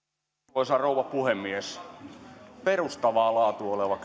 arvoisa rouva puhemies perustavaa laatua oleva kysymys me